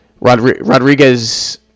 Rodriguez